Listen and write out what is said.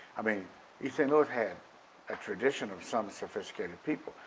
i mean you know had a tradition of some sophisticated people.